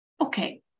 Okay